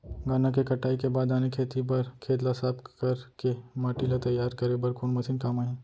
गन्ना के कटाई के बाद आने खेती बर खेत ला साफ कर के माटी ला तैयार करे बर कोन मशीन काम आही?